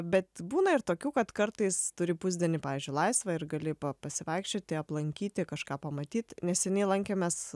bet būna ir tokių kad kartais turi pusdienį pavyzdžiui laisvą ir gali pa pasivaikščioti aplankyti kažką pamatyt neseniai lankėmės